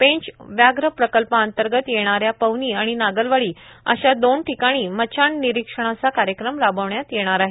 पेंच व्याघ्र प्रकल्पाअंतर्गत येणाऱ्या पवनी आणि नागलवाडी अशा दोन ठिकाणी मचाण निरीक्षणाचा कार्यक्रम राबविण्यात येणार आहे